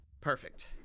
Perfect